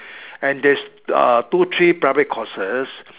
and there's uh two three private courses